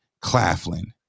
Claflin